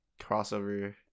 crossover